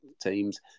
teams